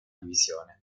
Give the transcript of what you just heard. divisione